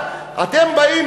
דיברת.